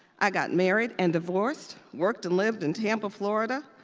i got married and divorced, worked and lived in tampa, florida.